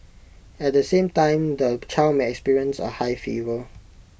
at the same time the child may experience A high fever